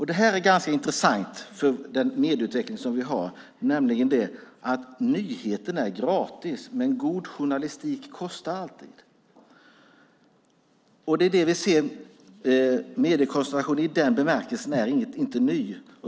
Det här är ganska intressant, med den medieutveckling som vi har, nämligen att nyheterna är gratis men god journalistik alltid kostar. Mediekoncentration i den bemärkelsen är inte ny.